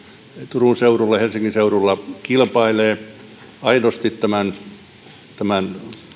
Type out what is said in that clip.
turun seudulla ja helsingin seudulla aidosti kilpailee